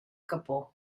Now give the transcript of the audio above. capó